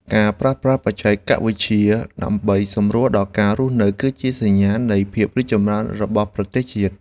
ការប្រើប្រាស់បច្ចេកវិទ្យាដើម្បីសម្រួលដល់ការរស់នៅ គឺជាសញ្ញាណនៃភាពរីកចម្រើនរបស់ប្រទេសជាតិ។